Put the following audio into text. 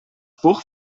buch